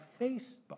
Facebook